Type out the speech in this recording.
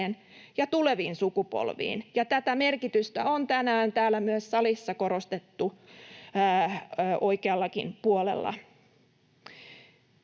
ja tuleviin sukupolviin, ja tätä merkitystä on tänään myös täällä salissa korostettu oikeallakin puolella.